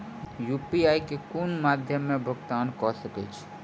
UPI सऽ केँ कुन मध्यमे मे भुगतान कऽ सकय छी?